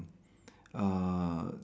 uh